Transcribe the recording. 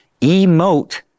Emote